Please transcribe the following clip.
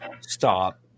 Stop